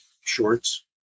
shorts